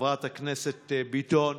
חברת הכנסת ביטון,